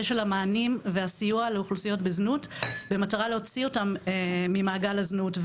של המענים והסיוע לאוכלוסיות בזנות במטרה להוציא אותם ממעגל הזנות.